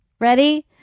ready